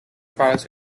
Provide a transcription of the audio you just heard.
products